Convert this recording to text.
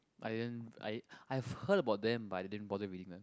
I didn't I I've heard about them but I didn't bother reading lah